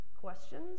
questions